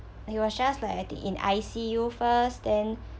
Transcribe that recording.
he was just like at the in I_C_U first then